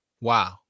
Wow